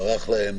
ברח להם,